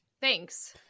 thanks